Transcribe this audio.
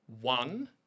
One